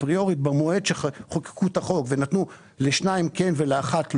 במועד שחוקקו את החוק ונתנו לשניים כן ולאחת לא,